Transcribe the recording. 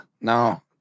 No